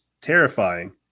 terrifying